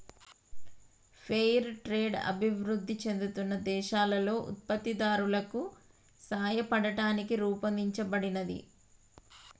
fair trade అభివృద్ధి చెందుతున్న దేశాలలో ఉత్పత్తిదారులకు సాయపడటానికి రూపొందించబడినది